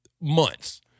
months